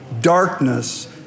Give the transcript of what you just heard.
Darkness